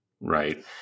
Right